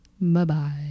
Bye-bye